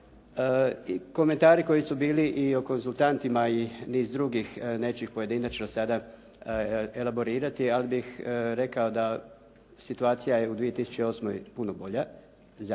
komentari koji su bili i o konzultantima i niz drugih neću ih pojedinačno sada elaborirati, ali bih rekao da situacija je u 2008. puno bolja za